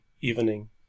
evening